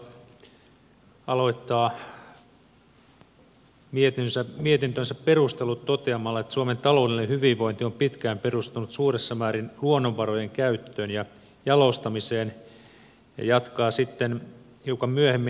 talousvaliokunta aloittaa mietintönsä perustelut toteamalla että suomen taloudellinen hyvinvointi on pitkään perustunut suuressa määrin luonnonvarojen käyttöön ja jalostamiseen ja jatkaa sitten hiukan myöhemmin